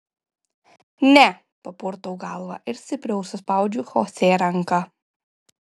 ne papurtau galvą ir stipriau suspaudžiu chosė ranką